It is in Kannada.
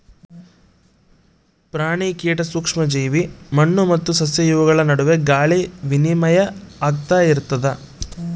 ಪ್ರಾಣಿ ಕೀಟ ಸೂಕ್ಷ್ಮ ಜೀವಿ ಮಣ್ಣು ಮತ್ತು ಸಸ್ಯ ಇವುಗಳ ನಡುವೆ ಗಾಳಿ ವಿನಿಮಯ ಆಗ್ತಾ ಇರ್ತದ